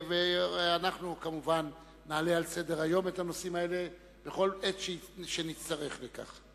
אנחנו כמובן נעלה את הנושאים האלה על סדר-היום בכל עת שנצטרך לכך.